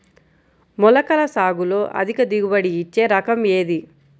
మొలకల సాగులో అధిక దిగుబడి ఇచ్చే రకం ఏది?